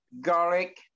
garlic